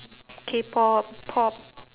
K pop pop